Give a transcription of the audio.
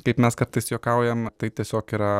kaip mes kartais juokaujam tai tiesiog yra